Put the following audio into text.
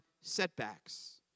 setbacks